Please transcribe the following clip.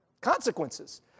consequences